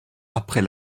après